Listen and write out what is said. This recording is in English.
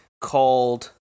called